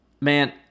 Man